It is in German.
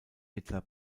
hitler